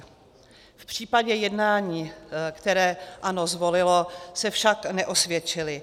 V případě jednání, které ANO zvolilo, se však neosvědčily.